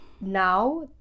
Now